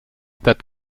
that